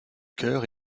chœur